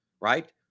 right